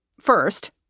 First